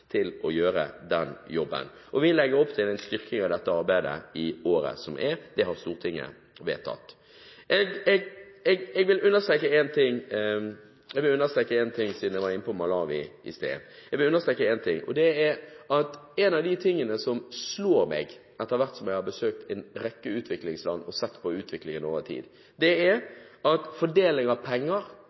til å gjøre den jobben. Vi legger opp til en styrking av dette arbeidet i år. Det har Stortinget vedtatt. Jeg vil understreke en ting siden jeg var inne på Malawi i sted. En av de tingene som slår meg etter hvert som jeg har besøkt en rekke utviklingsland og sett på utviklingen over tid, er at fordeling av penger